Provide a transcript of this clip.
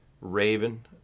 Raven